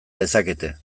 dezakete